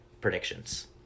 predictions